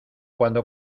cuando